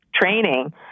training